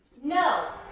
no!